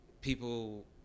people